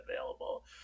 available